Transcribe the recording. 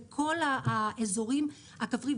זה כל האזור הכפרי,